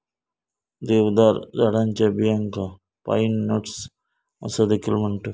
देवदार झाडाच्या बियांका पाईन नट्स असा देखील म्हणतत